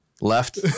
left